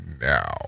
Now